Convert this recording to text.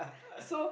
so